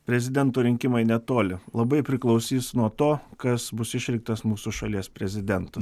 prezidento rinkimai netoli labai priklausys nuo to kas bus išrinktas mūsų šalies prezidentu